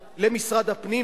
אני רוצה להגיד לכם שהדבר הזה,